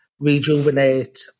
rejuvenate